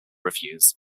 reviews